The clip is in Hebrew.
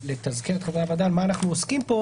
לתזכר את חברי הוועדה על מה אנחנו עוסקים פה,